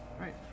Right